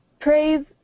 praise